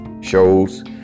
shows